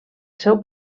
seu